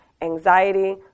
anxiety